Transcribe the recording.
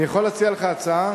אני יכול להציע לך הצעה?